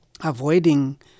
avoiding